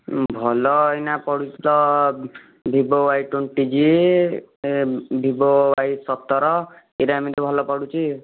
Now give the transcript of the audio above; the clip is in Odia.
ଭଲ ଏଇନା ପଡ଼ୁଛି ତ Vivo Y twenty Vivo Y ସତର ଇରା ଏମିତି ଭଲ ପଡ଼ୁଛି